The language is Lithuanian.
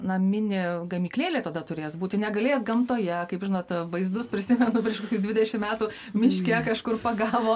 naminė gamyklėlė tada turės būti negalės gamtoje kaip žinot vaizdus prisimenu prieš kokius dvidešim metų miške kažkur pagavo